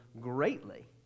greatly